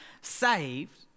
saved